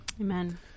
Amen